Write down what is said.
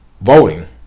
voting